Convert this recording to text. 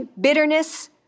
bitterness